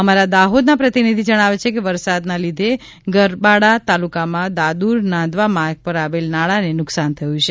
અમારા દાહોદના પ્રતિનિધિ જણાવે છે કે વરસાદના લીધે ગરબાડા તાલુકામાં દાદુર નાંદવા માર્ગ પર આવેલા નાળાને નુકસાન થયું છે